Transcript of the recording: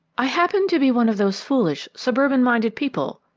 i happen to be one of those foolish, suburban-minded people,